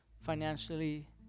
financially